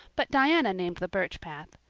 but diana named the birch path.